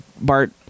bart